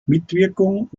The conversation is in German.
mitwirkung